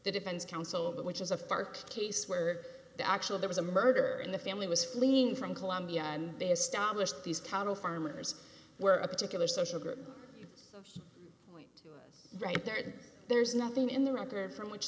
the defense counsel but which is a park case where the actual there was a murder in the family was fleeing from colombia and been established these cattle farmers were a particular social group right there there's nothing in the record from which